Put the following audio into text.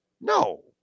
No